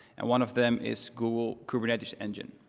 and one of them is google kubernetes engine.